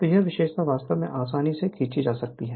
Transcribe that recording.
तो यह विशेषता वास्तव में आसानी से खींची जा सकती है